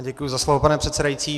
Děkuji za slovo, pane předsedající.